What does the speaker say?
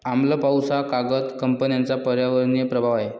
आम्ल पाऊस हा कागद कंपन्यांचा पर्यावरणीय प्रभाव आहे